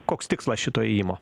koks tikslas šito ėjimo